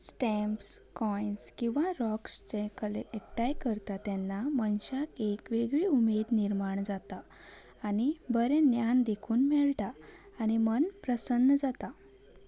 stamps coins किंवां rocks जे कले एकठांय करता तेन्ना मनशाक एक वेगळी उमेद निर्माण जाता आनी बरें ज्ञान देखून मेळटा आनी मन प्रसन्न जाता